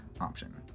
option